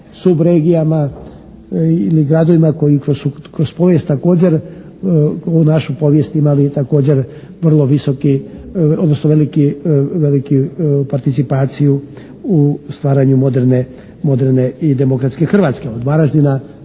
subregijama ili gradovima koji su kroz povijest također ovu našu povijest imali također vrlo visoki, odnosno veliki participaciju u stvaranju moderne i demokratske Hrvatske od Varaždina